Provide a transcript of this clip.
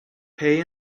pay